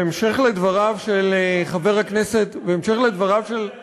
תודה לך, בהמשך דבריו של חבר הכנסת, אתה לא